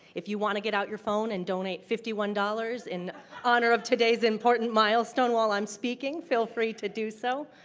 if you want to get out your phone and donate fifty one dollars in honor of today's important milestone while i am speaking, feel free to do so.